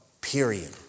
Period